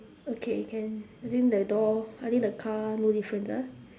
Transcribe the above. okay can I think the door I think the car no difference ah